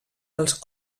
als